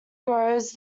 grows